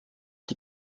die